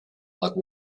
like